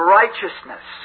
righteousness